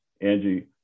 Angie